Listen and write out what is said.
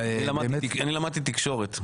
למדתי תקשורת.